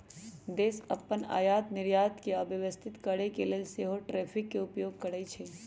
देश अप्पन आयात निर्यात के व्यवस्थित करके लेल सेहो टैरिफ के उपयोग करइ छइ